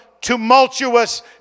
tumultuous